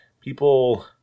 people